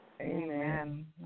Amen